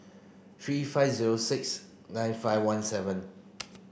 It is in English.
three five zero six nine five one seven